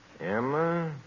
Emma